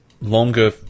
longer